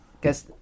guess